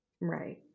Right